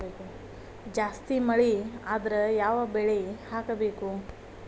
ಜಾಸ್ತಿ ಮಳಿ ಆದ್ರ ಯಾವ ಬೆಳಿ ಹಾಕಬೇಕು?